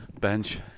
Bench